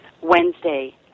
Wednesday